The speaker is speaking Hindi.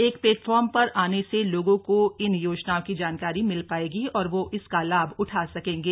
एक प्लेटफार्म पर आने से लोगों को इन योजनाओं की जानकारी मिल पाएगी और वो इसका लाभ उठा सकेंगे